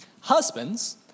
Husbands